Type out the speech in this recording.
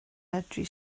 medru